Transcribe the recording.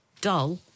dull